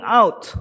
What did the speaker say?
out